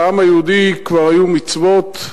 בעם היהודי כבר היו מצוות,